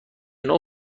نوع